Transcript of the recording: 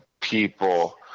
people